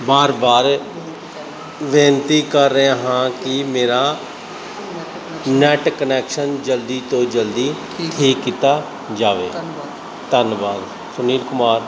ਬਾਰ ਬਾਰ ਬੇਨਤੀ ਕਰ ਰਿਹਾ ਹਾਂ ਕਿ ਮੇਰਾ ਨੈਟ ਕਨੈਕਸ਼ਨ ਜਲਦੀ ਤੋਂ ਜਲਦੀ ਠੀਕ ਕੀਤਾ ਜਾਵੇ ਧੰਨਵਾਦ ਸੁਨੀਲ ਕੁਮਾਰ